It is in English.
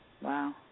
Wow